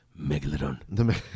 Megalodon